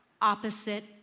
opposite